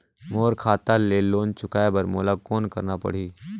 मोर खाता ले लोन चुकाय बर मोला कौन करना पड़ही?